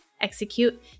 execute